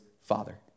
father